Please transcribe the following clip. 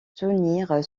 tenir